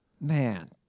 Man